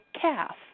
calf